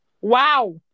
Wow